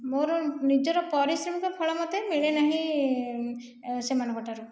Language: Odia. ମୋର ନିଜର ପାରିଶ୍ରମିକ ଫଳ ମୋତେ ମିଳେ ନାହିଁ ସେମାନଙ୍କ ଠାରୁ